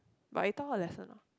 but it taught her a lesson ah